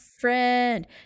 friend